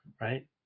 Right